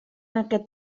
aquest